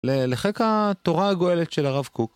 ללחק התורה הגואלת של הרב קוק